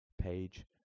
page